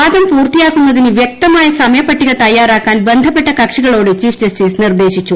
വാദം പൂർത്തിയാക്കുന്നതിന് വ്യക്തമായ സമയപ്പട്ടിക തയ്യാറാക്കാൻ ബന്ധപ്പെട്ട കക്ഷികളോട് ചീഫ് ജസ്റ്റിസ് നിർദ്ദേശിച്ചു